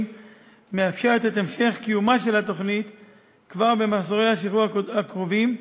מאפשרת את המשך קיומה כבר במחזורי השחרור הקרובים,